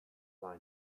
lie